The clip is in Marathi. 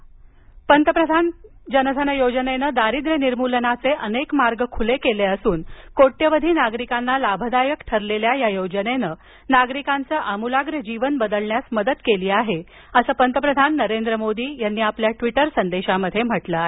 जनधन प्रधानमंत्री जनधन योजनेनं दारिद्र्य निर्मूलनाचे अनेक मार्ग खुले केले असून कोट्यवधी नागरिकांना लाभदायक ठरलेल्या या योजनेन नागरिकांचं आमुलाग्र जीवन बदलण्यास मदत केली आहे असं पंतप्रधान नरेंद्र मोदी यांनी आपल्या ट्विटर संदेशामध्ये म्हटलं आहे